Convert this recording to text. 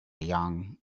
young